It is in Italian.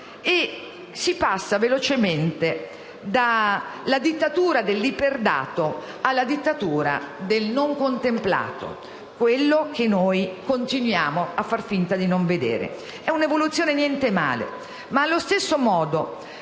si passa velocemente dalla dittatura dell'iperdato alla dittatura del non contemplato, quello che continuiamo a far finta di non vedere: un'evoluzione niente male! Allo stesso modo,